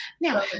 Now